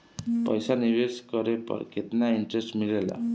पईसा निवेश करे पर केतना इंटरेस्ट मिलेला?